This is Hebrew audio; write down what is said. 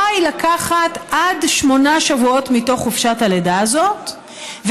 רשאי לקחת עד שמונה שבועות מתוך חופשת הלידה הזאת,